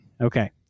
Okay